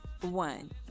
One